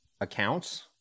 accounts